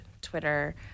Twitter